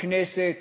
לכנסת,